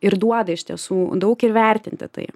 ir duoda iš tiesų daug įvertinti tai